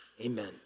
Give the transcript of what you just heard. Amen